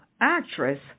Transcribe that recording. actress